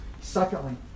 Secondly